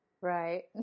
Right